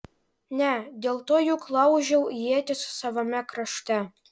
ne dėl to juk laužiau ietis savame krašte